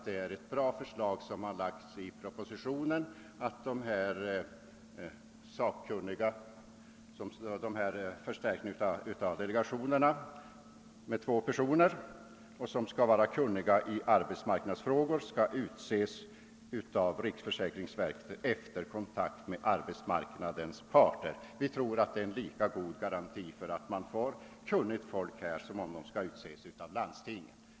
Det är ett bra förslag som framlagts i propositionen; där föreslås som bekant en förstärkning av delegationerna med två personer, som skall vara kunniga i arbetsmarknadsfrågor och som skall utses av riksförsäkringsverket efter kontakt med arbetsmarknadens parter. Vi tror att det ta är en lika god garanti för att man får kunnigt folk som det skulle vara om de skulle utses av landstingen.